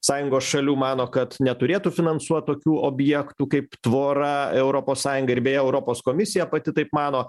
sąjungos šalių mano kad neturėtų finansuot tokių objektų kaip tvora europos sąjunga ir beje europos komisija pati taip mano